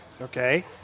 okay